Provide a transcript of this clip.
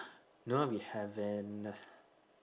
no we haven't